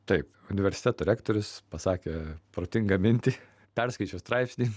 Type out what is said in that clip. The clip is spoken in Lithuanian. taip universiteto rektorius pasakė protingą mintį perskaičiau straipsnį